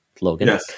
Logan